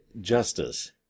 Justice